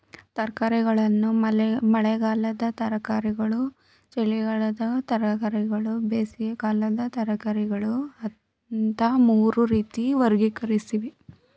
ತರಕಾರಿಯನ್ನು ಮಳೆಗಾಲದ ತರಕಾರಿಗಳು ಚಳಿಗಾಲದ ತರಕಾರಿಗಳು ಬೇಸಿಗೆಕಾಲದ ತರಕಾರಿಗಳು ಅಂತ ಮೂರು ರೀತಿ ವರ್ಗೀಕರಿಸವ್ರೆ